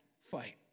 fight